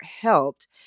helped